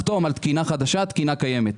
לחתום על תקינה חדשה, תקינה קיימת.